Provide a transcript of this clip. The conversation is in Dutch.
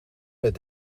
met